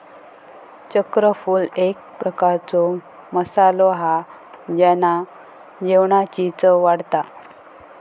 चक्रफूल एक प्रकारचो मसालो हा जेना जेवणाची चव वाढता